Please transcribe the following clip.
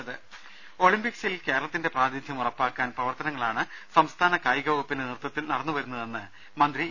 ് ഒളിമ്പിക്സിൽ കേരളത്തിന്റെ പ്രാതിനിധ്യം ഉറപ്പാക്കാൻ പ്രവർത്ത നങ്ങളാണ് സംസ്ഥാന കായിക വകുപ്പിന്റെ നേതൃത്വത്തിൽ നടന്നുവരുന്ന തെന്ന് മന്ത്രി ഇ